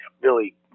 Billy